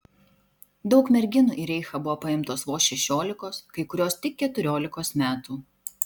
daug merginų į reichą buvo paimtos vos šešiolikos kai kurios tik keturiolikos metų